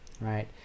right